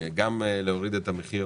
להוריד את המחיר